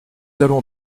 allons